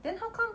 then how come